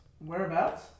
Whereabouts